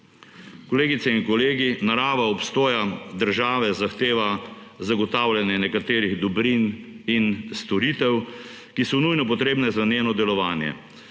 Kolegice in kolegi, narava obstoja države zahteva zagotavljanje nekaterih dobrin in storitev, ki so nujno potrebne za njeno delovanje.